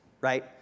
Right